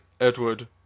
Edward